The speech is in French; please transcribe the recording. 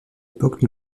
époque